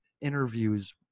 interviews